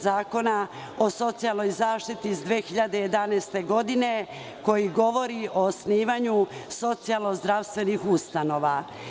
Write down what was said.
Zakona o socijalnoj zaštiti iz 2011. godine, koji govori o osnivanju socijalno-zdravstvenih ustanova.